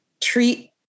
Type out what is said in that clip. treat